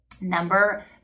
Number